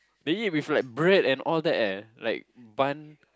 they eat with like bread and all that eh like bun